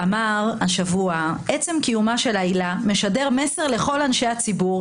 אמר השבוע: עצם קיומה של העילה משדר מסר לכל אנשי הציבור,